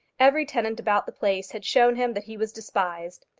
every tenant about the place had shown him that he was despised.